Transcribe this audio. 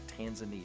Tanzania